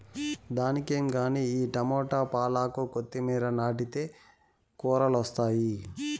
దానికేం గానీ ఈ టమోట, పాలాకు, కొత్తిమీర నాటితే కూరలొస్తాయి